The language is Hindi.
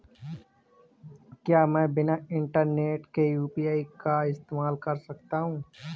क्या मैं बिना इंटरनेट के यू.पी.आई का इस्तेमाल कर सकता हूं?